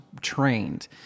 trained